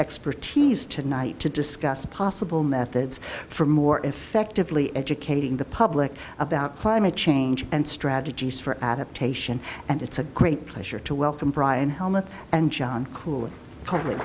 expertise tonight to discuss possible methods for more effectively educating the public about climate change and strategies for adaptation and it's a great pleasure to welcome brian hellmouth and john cooley probably